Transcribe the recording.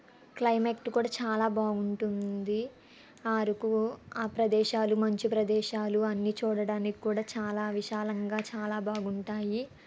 climate కూడా చాలా బాగుంటుంది ఆ అరకు ఆ ప్రదేశాలు మంచు ప్రదేశాలు అన్నీ చూడడానికి కూడా చాలా విశాలంగా చాలా బాగుంటాయి